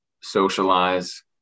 socialize